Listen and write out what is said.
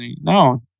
No